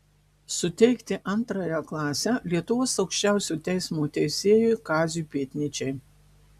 suteikti antrąją klasę lietuvos aukščiausiojo teismo teisėjui kaziui pėdnyčiai